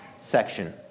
section